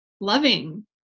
loving